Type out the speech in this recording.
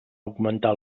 augmentar